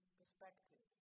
perspective